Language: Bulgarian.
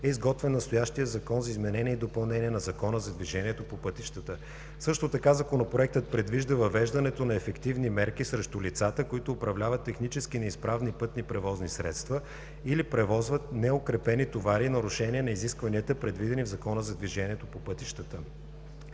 е изготвен настоящият Законопроект за изменение и допълнение на Закона за движението по пътищата. Също така Законопроектът предвижда въвеждането на ефективни мерки срещу лицата, които управляват технически неизправни пътни превозни средства или превозват неукрепени товари в нарушение на изискванията, предвидени в Закона за движение по пътищата.